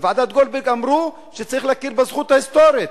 בוועדת-גולדברג אמרו שצריך להכיר בזכות ההיסטורית.